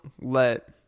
let